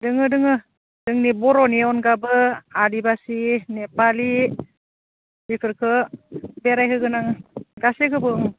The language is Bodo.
दङ दङ जोंनि बर'नि अनगाबो आदिबासि नेपालि बेफोरखौ बेरायहोगोन आङो गासैखौबो ओं